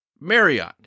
Marriott